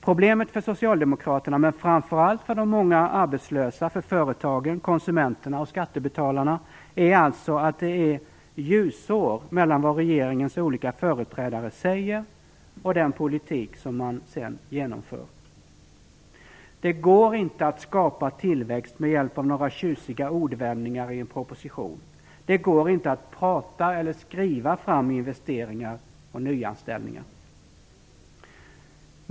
Problemet för Socialdemokraterna men framför allt för de många arbetslösa, för företagen, konsumenterna och skattebetalarna är att det är ljusår mellan vad regeringens företrädare säger och den politik som man redan genomför. Det går inte att skapa tillväxt med hjälp av några tjusiga ordvändningar i en proposition. Det går inte heller att prata eller skriva fram investeringar och nyanställningar.